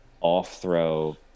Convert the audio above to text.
off-throw